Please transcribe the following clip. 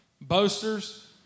boasters